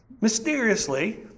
mysteriously